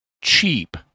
cheap